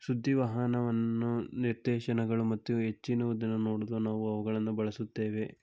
ಸುದ್ದಿ ವಾಹನವನ್ನು ನಿರ್ದೇಶನಗಳು ಮತ್ತು ಹೆಚ್ಚಿನದನ್ನು ನೋಡಲು ನಾವು ಅವುಗಳನ್ನು ಬಳಸುತ್ತೇವೆ